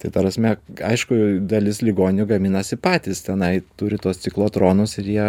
tai ta prasme aišku dalis ligoninių gaminasi patys tenai turi tuos ciklotronus ir jie